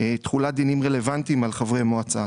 תחולת דינים רלוונטיים על חברי מועצה.